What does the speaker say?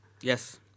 Yes